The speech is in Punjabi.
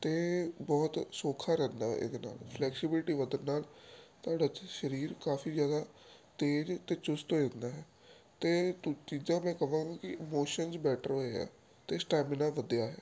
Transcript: ਅਤੇ ਬਹੁਤ ਸੌਖਾ ਰਹਿੰਦਾ ਹੈ ਇਹਦੇ ਨਾਲ ਫਲੈਕਸੀਬਿਲਟੀ ਵਧਣ ਨਾਲ ਤੁਹਾਡਾ ਸਰੀਰ ਕਾਫੀ ਜ਼ਿਆਦਾ ਤੇਜ਼ ਅਤੇ ਚੁਸਤ ਹੋ ਜਾਂਦਾ ਹੈ ਅਤੇ ਤੀਜਾ ਮੈਂ ਕਹਾਂਗਾ ਕਿ ਇਮੋਸ਼ਨਸ ਬੈਟਰ ਹੋਏ ਆ ਅਤੇ ਸਟੈਮੀਨਾ ਵਧਿਆ ਹੈ